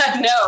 No